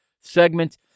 segment